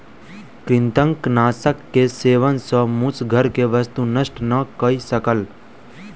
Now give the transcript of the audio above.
कृंतकनाशक के सेवन सॅ मूस घर के वस्तु नष्ट नै कय सकल